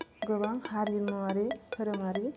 गोबां हारिमुआरि धोरोमारि